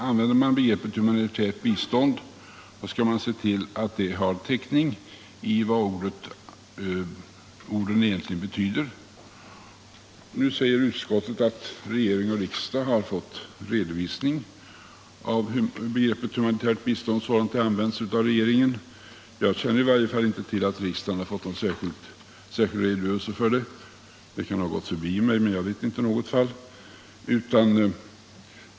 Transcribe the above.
Använder man begreppet humanitärt bistånd skall man se till att det har täckning i vad orden egentligen betyder. Nu säger utskottet att regering och riksdag har fått en redovisning av begreppet humanitärt bistånd, sådant som det används av regeringen. Jag känner i varje fall inte till att riksdagen har fått någon särskild redogörelse för detta. Det kan ha gått mig förbi, men jag vet inte något sådant fall.